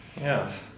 Yes